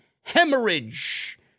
hemorrhage